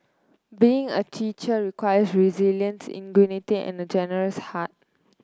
being a teacher requires resilience and a generous heart